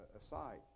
aside